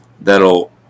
that'll